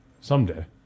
Someday